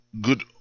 good